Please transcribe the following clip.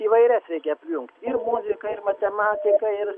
įvairias reikia apjungt ir muziką ir matematiką ir